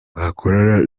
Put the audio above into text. bakorana